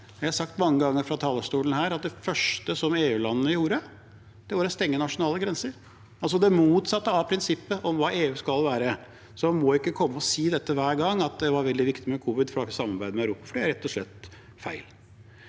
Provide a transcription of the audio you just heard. Jeg har sagt mange ganger fra talerstolen her at det første EU-landene gjorde, var å stenge nasjonale grenser, altså det motsatte av prinsippet om hva EU skal være, så en må ikke komme og si dette hver gang, at det var veldig viktig under covidkrisen, for det var ikke samarbeid med Europa. Det er rett og slett feil.